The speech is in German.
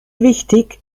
wichtig